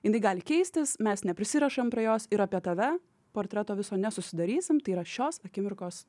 jinai gali keistis mes neprisirišam prie jos ir apie tave portreto viso nesusidarysim tai yra šios akimirkos